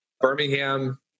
Birmingham